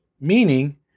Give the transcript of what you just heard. Meaning